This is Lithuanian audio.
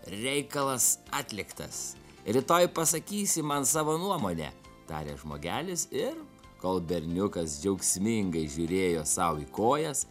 reikalas atliktas rytoj pasakysi man savo nuomonę tarė žmogelis ir kol berniukas džiaugsmingai žiūrėjo sau į kojas